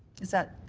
is that